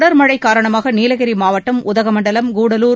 தொடர்மழை காரணமாக நீலகிரி மாவட்டம் உதகமண்டலம் கூடலூர்